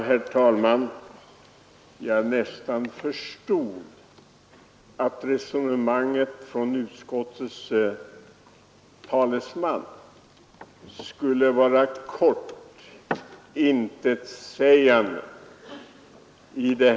Herr talman! Jag nästan förstod att anförandet av utskottets talesman skulle bli kort och intetsägande.